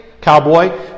cowboy